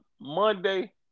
Monday